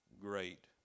great